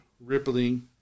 rippling